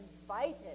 invited